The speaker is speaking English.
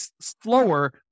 slower